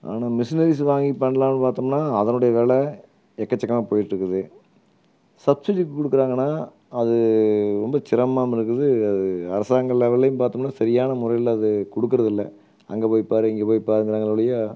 ஆனால் மிஷினரிஸ் வாங்கி பண்ணலான்னு பார்த்தோமுன்னா அதனுடைய வெலை எக்கச்சக்கமாக போயிட்டிருக்குது சப்சிடிஸ் கொடுக்குறாங்கனா அது ரொம்ப சிரமம் இருக்குது அரசாங்க லெவல்லேயும் பார்த்தோமுன்னா சரியான முறையில் அது கொடுக்குறதில்ல அங்கே போய் பாரு இங்கே போய் பாருங்கறாங்களே ஒழிய